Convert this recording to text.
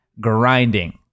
grinding